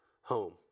home